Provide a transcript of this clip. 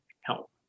help